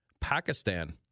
Pakistan